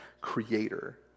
creator